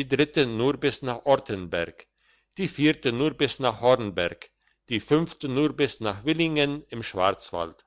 die dritte nur bis nach ortenberg die vierte nur bis nach hornberg die fünfte nur bis nach villingen im schwarzwald